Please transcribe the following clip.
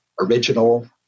original